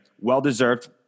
Well-deserved